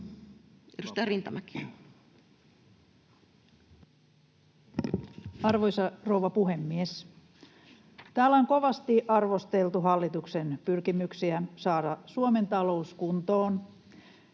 Arvoisa rouva puhemies! Täällä on kovasti arvosteltu hallituksen pyrkimyksiä saada Suomen talous kuntoon.